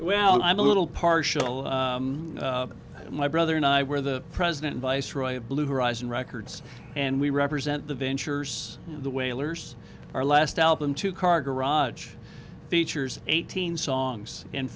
well i'm a little partial my brother and i were the president viceroy of blue horizon records and we represent the ventures the wailers our last album two car garage features eighteen songs and